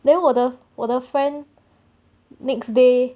then 我的我的 friend next day